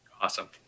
awesome